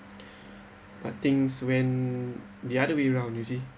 but things went the other way round you see